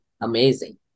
amazing